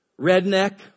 redneck